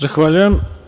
Zahvaljujem.